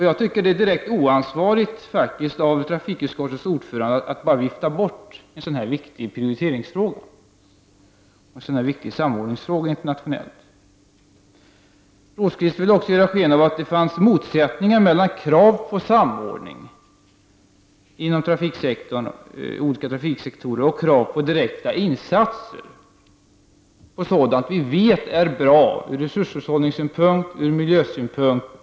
Jag tycker att det är direkt oansvarigt av trafikutskottets ordförande att bara vifta bort en så här viktig internationell prioriteringsoch samordningsfråga. Birger Rosqvist ville också ge sken av att det finns en motsättning mellan kraven på samordning inom olika trafiksektorer och kraven på direkta insatser på sådant som vi vet är bra ur resurshushållningsoch miljösynpunkt.